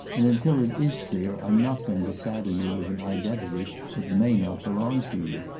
and until it is clear i'm not going to saddle you with an identity that may not belong to you.